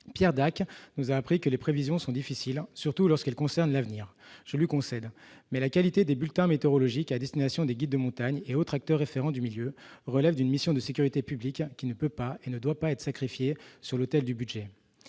Pierre Dac disait :« Les prévisions sont difficiles, surtout lorsqu'elles concernent l'avenir. » Je le lui concède ... Toutefois, la qualité des bulletins météorologiques à destination des guides de montagne et des autres acteurs référents du milieu relève d'une mission de sécurité publique qui ne peut ni ne doit être sacrifiée sur l'autel du budget.